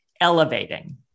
elevating